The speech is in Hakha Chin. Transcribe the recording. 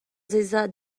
zeizat